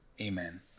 Amen